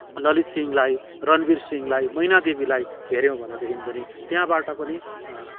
ललित सिंहलाई रणवीर सिंहलाई मैना देवीलाई हेऱ्यौँ भनेदेखि पनि त्यहाँबाट पनि